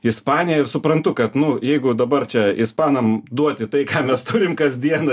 ispaniją ir suprantu kad nu jeigu dabar čia ispanam duoti tai ką mes turim kasdien